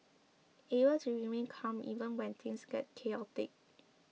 able to remain calm even when things get chaotic